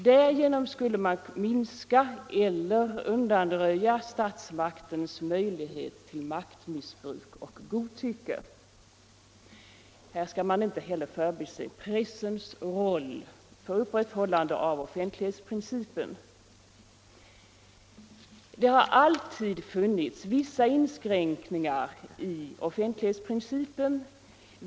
Därigenom kan man minska eller undanröja statsmaktens möjlighet till maktmissbruk och godtycke. Här skall man inte heller förbise pressens roll för upprätthållande av offentlighetsprincipen. Det har alltid funnits vissa inskränkningar i offentlighetsprincipen.